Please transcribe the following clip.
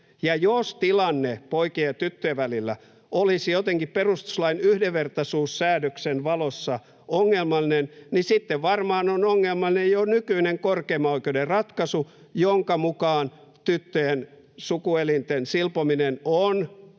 jos tilanne poikien ja tyttöjen välillä olisi jotenkin perustuslain yhdenvertaisuussäännöksen valossa ongelmallinen, niin sitten varmaan on ongelmallinen jo nykyinen korkeimman oikeuden ratkaisu, jonka mukaan tyttöjen sukuelinten silpominen on